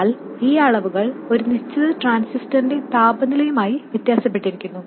എന്നാൽ ഈ അളവുകൾ ഒരു നിശ്ചിത ട്രാൻസിസ്റ്ററിന്റെ താപനിലയുമായി വ്യത്യാസപ്പെട്ടിരിക്കുന്നു